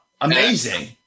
amazing